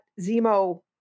Zemo